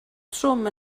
trwm